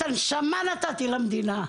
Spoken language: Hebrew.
את הנשמה שלי אני נתתי למדינה.